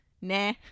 nah